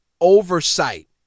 oversight